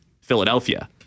Philadelphia